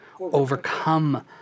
Overcome